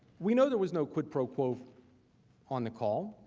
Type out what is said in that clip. we know there was no quid pro quo on the call.